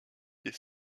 des